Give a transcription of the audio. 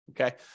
Okay